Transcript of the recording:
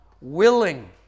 willing